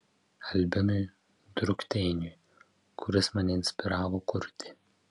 albinui drukteiniui kuris mane inspiravo kurti